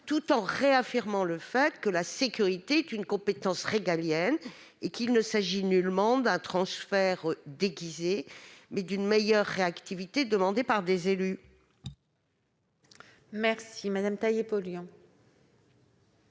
tout en réaffirmant que la sécurité est une compétence régalienne et qu'il ne s'agit nullement d'un transfert déguisé, mais d'une meilleure réactivité demandée par certains élus. La parole